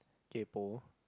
kaypo